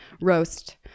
roast